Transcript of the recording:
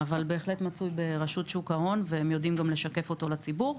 אבל הוא בהחלט מצוי ברשות שוק ההון והם יודעים לשקף אותו לציבור.